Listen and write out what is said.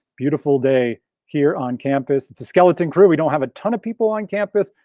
beautiful day here on campus. it's a skeleton crew, we don't have a ton of people on campus,